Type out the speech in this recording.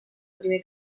primer